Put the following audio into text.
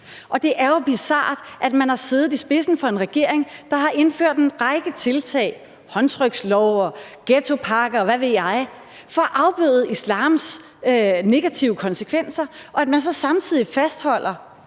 Og det er jo bizart, at man har siddet i spidsen for en regering, der har indført en række tiltag – håndtrykslov, ghettopakke, og hvad ved jeg – for at afbøde islams negative konsekvenser, og at man så samtidig fastholder